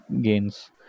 gains